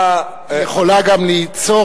יכולה גם ליצור